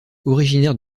originaire